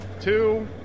Two